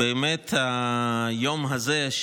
באמת היום הזה,